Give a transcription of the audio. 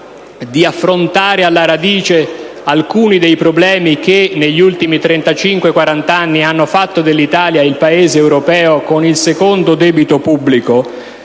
di affrontare alla radice alcuni dei problemi che negli ultimi 35-40 anni hanno fatto dell'Italia il Paese europeo con il secondo debito pubblico,